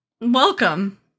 Welcome